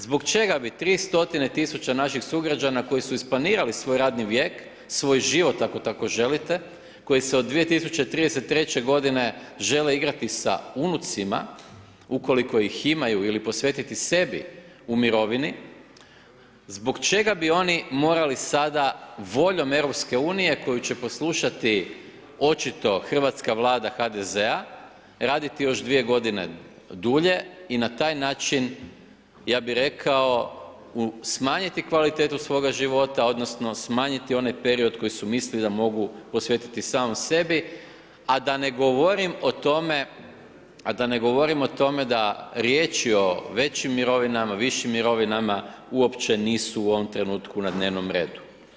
Zbog čega bi 3 stotine tisuća naših sugrađana koji su isplanirali svoj radni vijek, svoj život ako tako želite, koji se od 2033. godine žele igrati sa unucima ukoliko ih imaju ili posvetiti sebi u mirovini, zbog čega bi oni morali sada voljom EU koju će poslušati očito hrvatska Vlada HDZ-a, raditi još dvije godine dulje i na taj način ja bih rekao smanjiti kvalitetu svoga života odnosno smanjiti onaj period koji su mislili da mogu posvetiti samom sebi a da ne govorim o tome, a da ne govorim o tome da riječi o većim mirovinama, višim mirovinama uopće nisu u ovom trenutku na dnevnom redu.